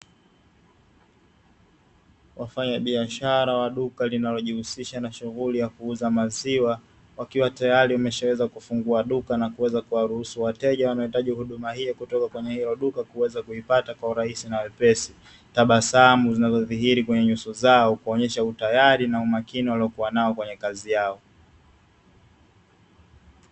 Wafanyabiashara wa duka linalojihusisha na shughuli ya kuuza maziwa, wakiwa tayari wameshaweza kufungua duka na kuweza kuwaruhusu wateja wanaohitaji huduma hio kutoka kwenye hilo duka kuweza kuipata kwa urahisi na uwepesi. Tabasamu zinazodhihiri kwenye nyuso zao, kuonyesha utayari na umakini waliokuwa nao kwenye kazi yao.